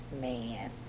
man